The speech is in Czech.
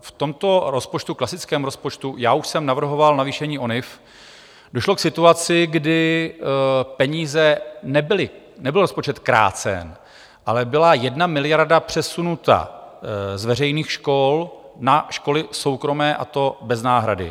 V tomto rozpočtu, klasickém rozpočtu, já už jsem navrhoval navýšení ONIV, došlo k situaci, kdy peníze nebyly, nebyl rozpočet krácen, ale byla jedna miliarda přesunuta z veřejných škol na školy soukromé, a to bez náhrady.